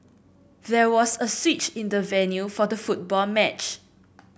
there was a switch in the venue for the football match